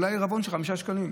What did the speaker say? אולי בעירבון של חמישה שקלים,